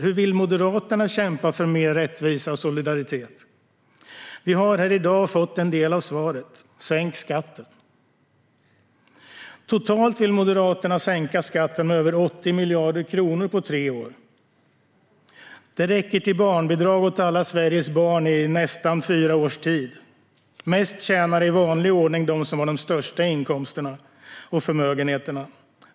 Hur vill moderaterna kämpa för mer rättvisa och solidaritet? Vi har här i dag fått en del av svaret: Sänk skatten! - Totalt vill moderaterna sänka skatten med över 80 miljarder kronor på tre år. Det räcker till barnbidrag åt alla Sveriges barn i nästan fyra års tid. Mest tjänar i vanlig ordning de som har de största inkomsterna och förmögenheterna.